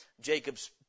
Jacob's